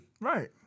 right